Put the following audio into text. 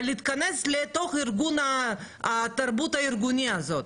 אבל להיכנס לתוך ארגון עם התרבות הארגונית הזאת.